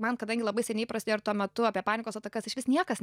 man kadangi labai seniai prasidėjo ir tuo metu apie panikos atakas išvis niekas